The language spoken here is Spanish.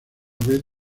vez